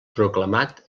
proclamat